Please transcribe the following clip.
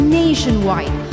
nationwide